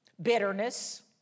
Bitterness